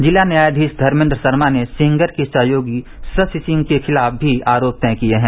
जिला न्यायाधीश धर्मेश शर्मा ने सेंगर के सहयोगी श्रशि सिंह के खिलाफ भी आरोप तय किए हैं